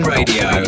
Radio